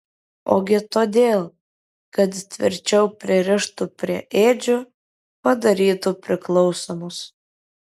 ogi todėl kad tvirčiau pririštų prie ėdžių padarytų priklausomus